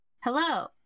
hello